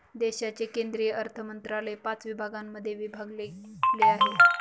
देशाचे केंद्रीय अर्थमंत्रालय पाच विभागांमध्ये विभागलेले आहे